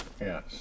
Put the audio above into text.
Yes